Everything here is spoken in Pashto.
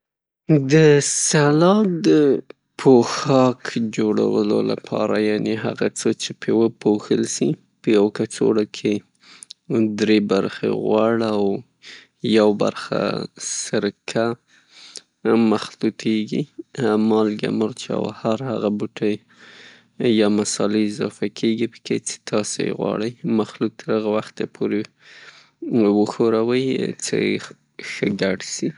د سلاډ د پوښاک جوړولو د پاره یعني هغه څه چې پرې وپوښل سي، په یوه کڅوړه کې دری برخې غوړ او یو برخه سرکه مخلوطیږي، مالګه مرچ او هر هغه بوټی یا مصالې اضافه کیږي څې تاسې یې غواړئ، مخلوط تر هغه وخته پورې ښه وښوروئ څې ښه ګډ سي.